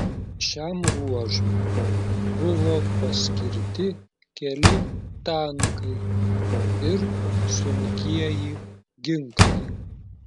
šiam ruožui buvo paskirti keli tankai ir sunkieji ginklai